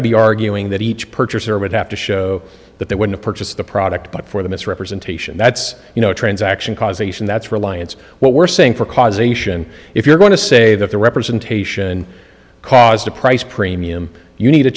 to be arguing that each purchaser would have to show that they were to purchase the product but for the misrepresentation that's you know a transaction causation that's reliance what we're saying for causation if you're going to say that the representation caused a price premium you need a